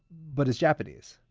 but it's japanese.